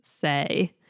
say